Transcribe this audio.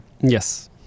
Yes